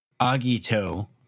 Agito